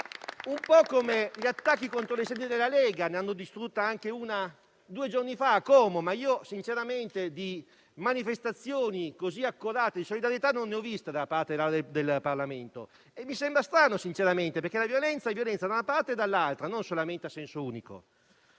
accade con gli attacchi contro le sedi della Lega: ne hanno distrutta anche una due giorni fa a Como, ma sinceramente di manifestazioni accorate di solidarietà non ne ho viste da parte del Parlamento. Mi sembra strano, sinceramente, perché la violenza è tale da una parte e dall'altra, non solamente a senso unico.